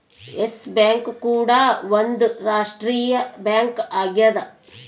S Bank ಕೂಡ ಒಂದ್ ರಾಷ್ಟ್ರೀಯ ಬ್ಯಾಂಕ್ ಆಗ್ಯದ